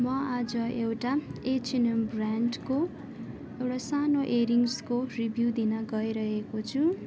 म आज एउटा एचएनएम ब्रान्डको एउटा सानो एयररिङ्सको रिभ्यू दिन गइरहेको छु